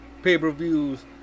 pay-per-views